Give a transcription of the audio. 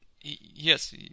yes